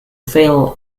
fail